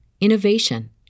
innovation